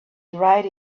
dried